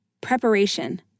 preparation